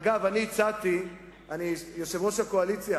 אגב, יושב-ראש הקואליציה,